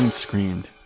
and screamed